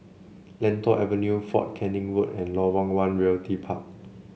Lentor Avenue Fort Canning Road and Lorong One Realty Park